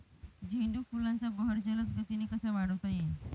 झेंडू फुलांचा बहर जलद गतीने कसा वाढवता येईल?